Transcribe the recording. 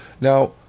Now